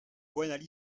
boinali